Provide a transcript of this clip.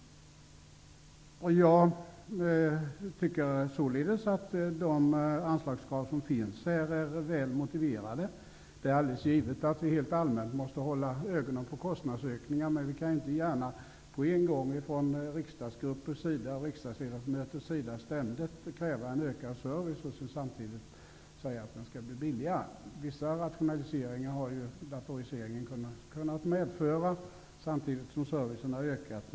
Jag tycker således att de anslagskrav som finns är väl motiverade. Det är alldeles givet att vi helt allmänt måste hålla ögonen på kostnadsökningar, men man kan ju inte gärna från riksdagsgruppers och riksdagsledamöters sida ständigt kräva ökad service och samtidigt säga att servicen skall bli billigare. Vissa rationaliseringar har ju datoriseringen medfört, och servicen har ökat.